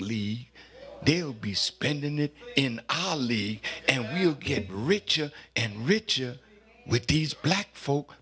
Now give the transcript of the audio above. lee they'll be spending it in our league and we'll get richer and richer with these black folk